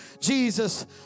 Jesus